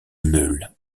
meule